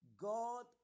God